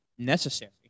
Necessary